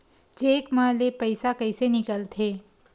Cheque म ले पईसा कइसे निकलथे?